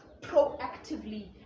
proactively